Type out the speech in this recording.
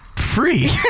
Free